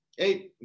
hey